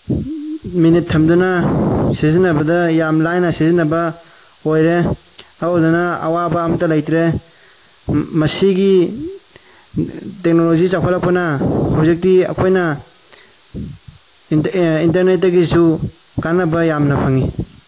minute ꯊꯝꯗꯨꯅ ꯁꯤꯖꯤꯟꯅꯕꯗ ꯌꯥꯝ ꯂꯥꯏꯅ ꯁꯤꯖꯤꯟꯅꯕ ꯑꯣꯏꯔꯦ ꯑꯗꯨꯗꯨꯅ ꯑꯋꯥꯕ ꯑꯝꯇ ꯂꯩꯇ꯭ꯔꯦ ꯃꯁꯤꯒꯤ ꯇꯦꯛꯅꯣꯂꯣꯖꯤ ꯆꯥꯊꯈꯠꯂꯛꯄꯅ ꯍꯧꯖꯤꯛꯇꯤ ꯑꯩꯈꯣꯏꯅ ꯏꯟꯇꯔꯅꯦꯠꯇꯒꯤꯁꯨ ꯀꯥꯅꯕ ꯌꯥꯝꯅ ꯐꯪꯏ